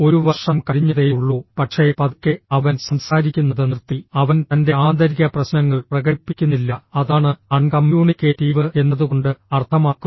ഒരു വർഷം കഴിഞ്ഞതേയുള്ളൂ പക്ഷേ പതുക്കെ അവൻ സംസാരിക്കുന്നത് നിർത്തി അവൻ തന്റെ ആന്തരിക പ്രശ്നങ്ങൾ പ്രകടിപ്പിക്കുന്നില്ല അതാണ് അൺ കമ്മ്യൂണിക്കേറ്റീവ് എന്നതുകൊണ്ട് അർത്ഥമാക്കുന്നത്